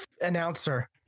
announcer